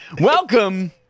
Welcome